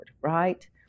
right